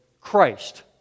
Christ